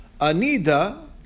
Anida